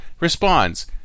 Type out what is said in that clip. responds